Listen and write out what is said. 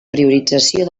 priorització